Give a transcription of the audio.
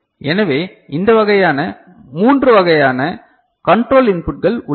எனவே இந்த வகையான மூன்று வகையான கண்ட்ரோல் இன்புட்கள் உள்ளன